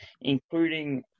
including